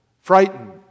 frightened